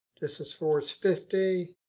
distance four is fifty.